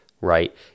right